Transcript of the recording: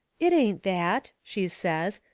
it ain't that, she says,